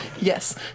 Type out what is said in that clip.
Yes